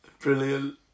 Brilliant